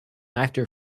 actor